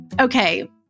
Okay